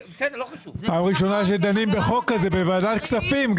פעם ראשונה שדנים בחוק כזה בוועדת כספים.